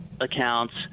accounts